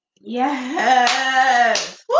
yes